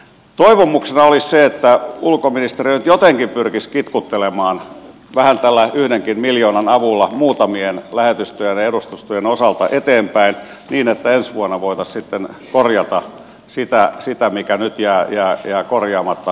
toivomuksena olisi se että ulkoministeriö nyt jotenkin pyrkisi kitkuttelemaan vähän tällä yhdenkin miljoonan avulla muutamien lähetystöjen ja edustustojen osalta eteenpäin niin että ensi vuonna voitaisiin sitten korjata sitä mikä nyt jää korjaamatta